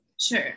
Sure